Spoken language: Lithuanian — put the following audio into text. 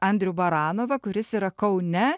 andrių baranovą kuris yra kaune